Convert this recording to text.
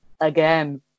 again